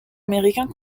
américains